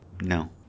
No